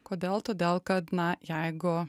kodėl todėl kad na jeigu